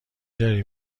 داری